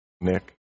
Nick